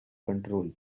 control